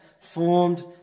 formed